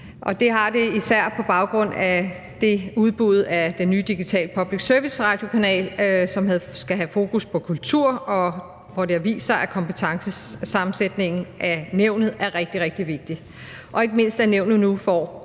det har det især på baggrund af udbuddet af den nye digitale public service-radiokanal, som skal have fokus på kultur, og hvor det har vist sig, at kompetencesammensætningen af nævnet er rigtig, rigtig vigtig, og ikke mindst at nævnet nu får